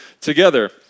together